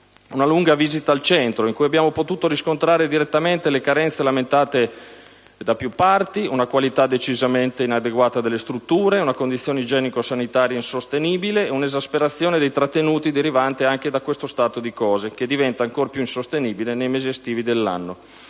una lunga visita al centro, in cui abbiamo potuto riscontrare direttamente le carenze lamentate da più parti, una qualità decisamente inadeguata delle strutture, una condizione igienico-sanitaria insostenibile e un'esasperazione dei trattenuti derivante anche da questo stato di cose, che diventa ancor più insostenibile nei mesi estivi dell'anno.